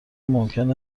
ممکن